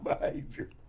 behavior